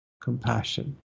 compassion